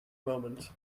moment